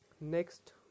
next